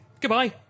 Goodbye